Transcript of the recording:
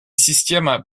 система